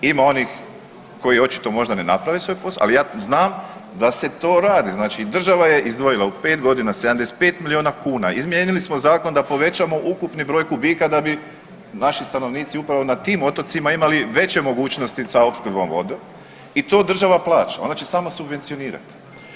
Ima onih koji očito možda ne naprave svoj posao, ali ja znam da se to radi, znači država je izdvojila u 5 g. 75 milijuna kuna, izmijenili smo zakon da povećani ukupni broj kubika da bi naši stanovnici upravo na tim otocima imali veće mogućnosti za opskrbom vode i to država plaća, ona će samo subvencionirati.